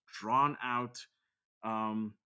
drawn-out